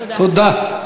תודה.